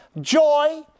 joy